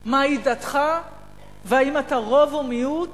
מהי דתך ואם אתה רוב או מיעוט